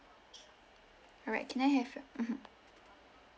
alright can I have your mmhmm